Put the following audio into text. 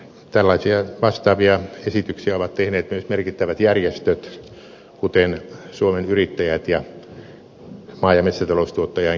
tällaisia vastaavia esityksiä ovat tehneet myös merkittävät järjestöt kuten suomen yrittäjät ja maa ja metsätaloustuottajain keskusliitto